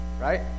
Right